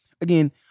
Again